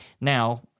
Now